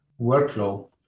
workflow